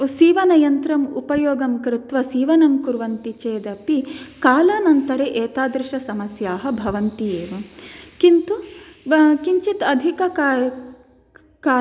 सीवनयन्त्रं उपयोगं कृत्वा सीवनं कुर्वन्ति चेदपि कालानन्तरे एतादृश समस्याः भवन्ति एव किन्तु किञ्चित् अधिक